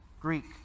Greek